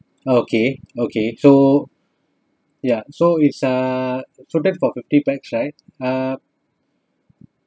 okay okay so ya so it's uh total for fifty pax right